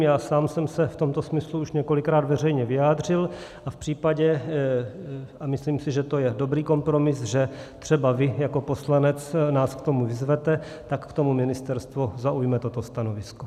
Já sám jsem se v tomto smyslu už několikrát veřejně vyjádřil a v případě, a myslím si, že to je dobrý kompromis, že třeba vy jako poslanec nás k tomu vyzvete, tak k tomu ministerstvo zaujme toto stanovisko.